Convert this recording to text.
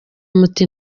muti